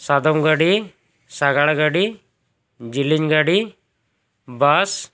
ᱥᱟᱫᱚᱢ ᱜᱟᱹᱰᱤ ᱥᱟᱜᱟᱲ ᱜᱟᱹᱰᱤ ᱡᱤᱞᱤᱧ ᱜᱟᱹᱰᱤ ᱵᱟᱥ